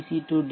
C D